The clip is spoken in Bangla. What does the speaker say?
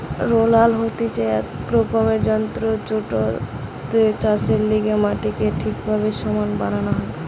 রোলার হতিছে এক রকমের যন্ত্র জেটাতে চাষের লেগে মাটিকে ঠিকভাবে সমান বানানো হয়